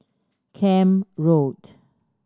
Camp Road